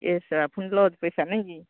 ଏ ଶଳା ଫୁଣି ଲଜ୍ ପଇସା ନାଇଁ କି